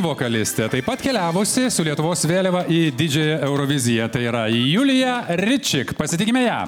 vokalistė taip pat keliavusi su lietuvos vėliava į didžiąją euroviziją tai yra julija ritčik pasitikime ją